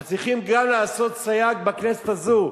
אז צריכים גם לעשות סייג בכנסת הזו.